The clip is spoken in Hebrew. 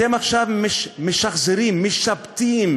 אתם עכשיו משחזרים, משבטים,